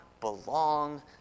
belong